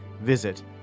Visit